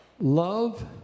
love